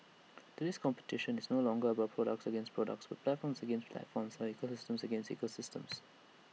today's competition is no longer products against products but platforms against platforms or ecosystems against ecosystems